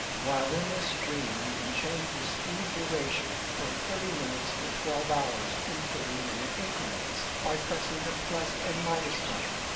while in this screen you can change the speed to duration from thirty minutes to twelve hours in thirty minute increments by pressing the plus and minus buttons.